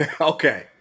okay